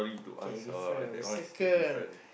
okay different we circle